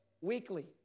weekly